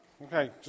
Okay